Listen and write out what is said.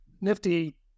Nifty